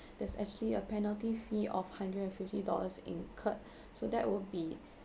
there's actually a penalty fee of hundred and fifty dollars incurred so that would be